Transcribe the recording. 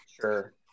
Sure